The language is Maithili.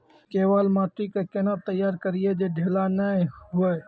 केवाल माटी के कैना तैयारी करिए जे ढेला नैय हुए?